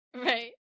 Right